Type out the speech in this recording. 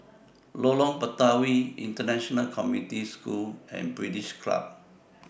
Lorong Batawi International Community School and British Club